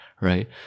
Right